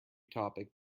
topic